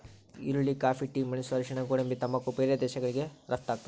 ಈರುಳ್ಳಿ coffee tea ಮೆಣಸು ಅರಿಶಿಣ ಗೋಡಂಬಿ ತಂಬಾಕು ಬೇರೆ ಬೇರೆ ದೇಶಗಳಿಗೆ ರಪ್ತಾಗ್ತಾವ